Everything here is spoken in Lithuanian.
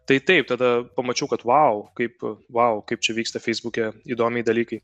tai taip tada pamačiau kad vau kaip vau kaip čia vyksta feisbuke įdomiai dalykai